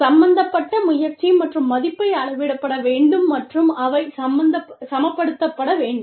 சம்பந்தப்பட்ட முயற்சி மற்றும் மதிப்பை அளவிடப்பட வேண்டும் மற்றும் அவை சமப்படுத்தப்பட வேண்டும்